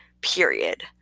Period